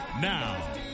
Now